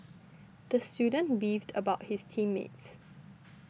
the student beefed about his team mates